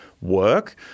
work